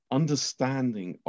understanding